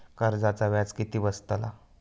कर्जाचा व्याज किती बसतला?